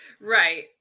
right